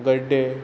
गड्डे